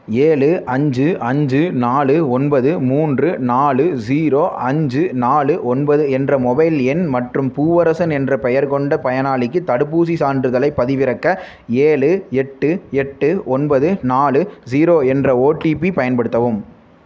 ஏழு அஞ்சு அஞ்சு நாலு ஒன்பது மூன்று நாலு ஜீரோ அஞ்சு நாலு ஒன்பது என்ற மொபைல் எண் மற்றும் பூவரசன் என்ற பெயர் கொண்ட பயனாளிக்கு தடுப்பூசிச் சான்றிதழை பதிவிறக்க ஏழு எட்டு எட்டு ஒன்பது நாலு ஜீரோ என்ற ஓடிபி பயன்படுத்தவும்